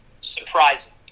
surprising